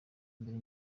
mbiri